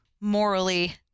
morally